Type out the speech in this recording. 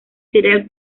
serial